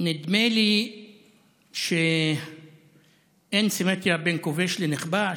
נדמה לי שאין סימטריה בין כובש לנכבש,